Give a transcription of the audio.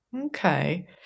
okay